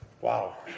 Wow